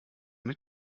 mit